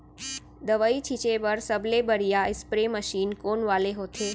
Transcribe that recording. दवई छिंचे बर सबले बढ़िया स्प्रे मशीन कोन वाले होथे?